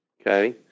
Okay